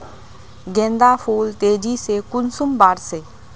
गेंदा फुल तेजी से कुंसम बार से?